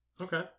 Okay